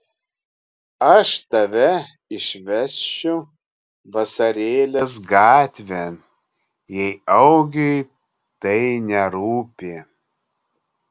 aš tave išvešiu vasarėlės gatvėn jei augiui tai nerūpi